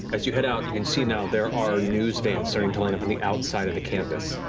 as you head out, you can see now, there are news vans starting to line up on the outside of the campus.